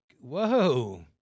Whoa